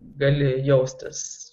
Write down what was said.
gali jaustis